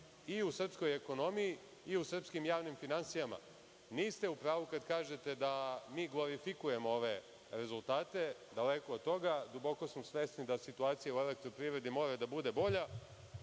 i u srpskoj ekonomiji i u srpskim javnim finansijama. Niste u pravu kada kažete da mi glorifikujemo ove rezultate, daleko od toga, duboko smo svesni da situacija u elektroprivredi mora da bude bolja,